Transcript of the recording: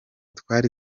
twari